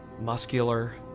Muscular